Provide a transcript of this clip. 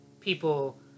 people